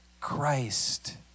Christ